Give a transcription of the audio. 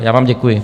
Já vám děkuji.